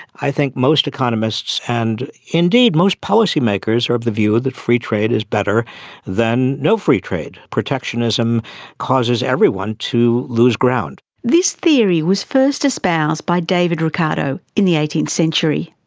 i think most economists and indeed most policymakers are of the view that free trade is better than no free trade. protectionism causes everyone to lose ground. this theory was first espoused by david ricardo in the eighteenth century.